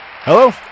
Hello